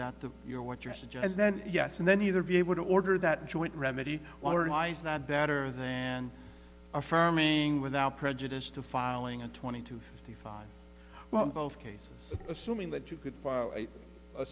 that the you know what you're suggesting then yes and then either be able to order that joint remedy is that better than affirming without prejudice to filing a twenty two fifty five well both cases assuming that you could